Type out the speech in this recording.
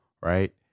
right